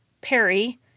Perry